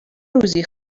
روزی